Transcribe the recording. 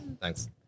Thanks